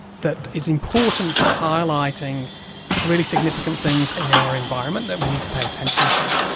that is important for highlighting really significant things in our environment that we need to pay attention to,